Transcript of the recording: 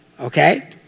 okay